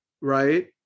right